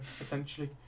essentially